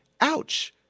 Ouch